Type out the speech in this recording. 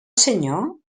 senyor